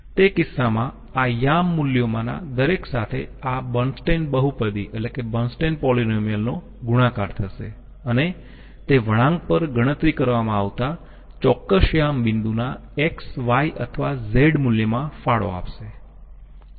તે કિસ્સામાં આ યામ મૂલ્યોમાંના દરેક સાથે આ બર્નસ્ટેઈન બહુપદી નો ગુણાકાર થશે અને તે વળાંક પર ગણતરી કરવામાં આવતા ચોક્કસ યામ બિંદુના X Y અથવા Z મૂલ્યમાં ફાળો આપશે